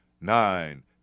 nine